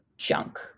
Junk